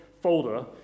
folder